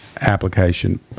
application